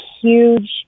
huge